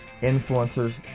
influencers